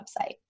website